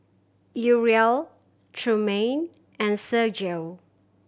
Uriel Trumaine and Sergio